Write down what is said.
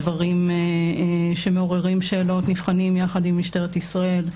הדברים שמעוררים שאלות נבחנים יחד עם משטרת ישראל.